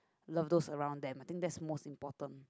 love those around them I think that's most important